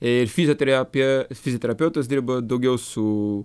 ir fizoterapija fizioterapeutas dirba daugiau su